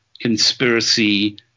conspiracy